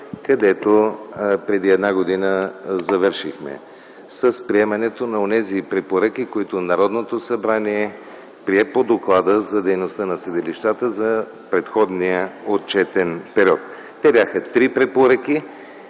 където преди една година завършихме – с приемането на онези препоръки, които Народното събрание прие по доклада за дейността на съдилищата за предходния отчетен период. Те бяха три препоръки